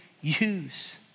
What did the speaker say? use